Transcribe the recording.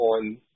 on